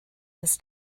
this